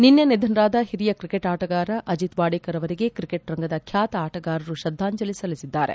ನಿನ್ನೆ ನಿಧನರಾದ ಹಿರಿಯ ಕ್ರಿಕೆಟ್ ಆಟಗಾರ ಅಜಿತ್ ವಾಡೇಕರ್ ಅವರಿಗೆ ಕ್ರಿಕೆಟ್ ರಂಗದ ಖ್ಯಾತ ಆಟಗಾರರು ಶ್ರದ್ದಾಂಜಲಿ ಸಲ್ಲಿಸಿದ್ದಾರೆ